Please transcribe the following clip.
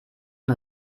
und